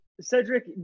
Cedric